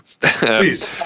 Please